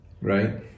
right